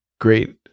great